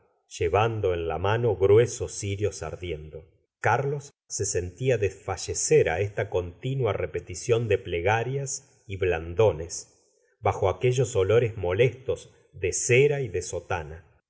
llevando en la mano gruesos cirios ardiendo carlos se sentía desfallecer á esta continua repetición de plegarias y blandones bajo aquellos olores molestos de cera y de sotana